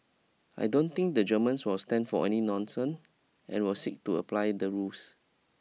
I don't think the Germans will stand for any nonsense and will seek to apply the rules